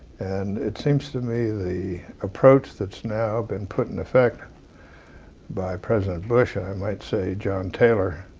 and it seems to me the approach that's now been put in effect by president bush and i might say john taylor,